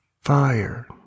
fire